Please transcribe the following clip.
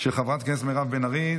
מירב בן ארי,